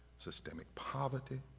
systemic poverty,